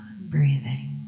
Breathing